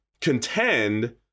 contend